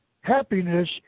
happiness